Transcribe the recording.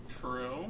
True